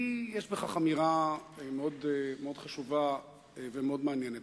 יש בכך אמירה מאוד חשובה ומאוד מעניינת.